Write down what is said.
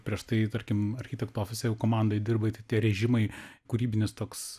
prieš tai tarkim architektų ofise jau komandai dirbai tai tie režimai kūrybinis toks